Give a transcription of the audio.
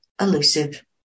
elusive